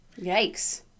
yikes